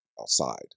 outside